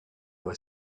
were